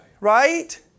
Right